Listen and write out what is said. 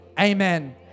amen